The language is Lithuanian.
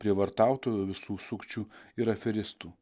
prievartautojų visų sukčių ir aferistų